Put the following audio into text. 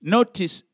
Notice